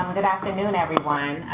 good afternoon, everyone.